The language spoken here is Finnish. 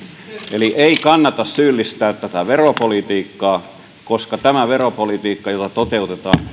ei kannata syyllistää tätä veropolitiikkaa koska tämä veropolitiikka jota toteutetaan